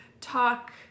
talk